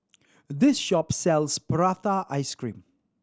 this shop sells prata ice cream